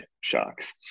shocks